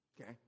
Okay